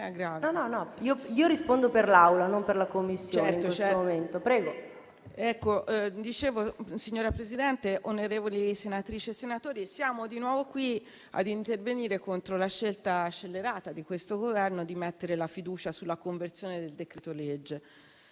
"Il link apre una nuova finestra") *(PD-IDP)*. Signora Presidente, onorevoli senatrici e senatori, siamo di nuovo qui a intervenire contro la scelta scellerata di questo Governo di mettere la fiducia sulla conversione del decreto-legge.